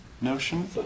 notion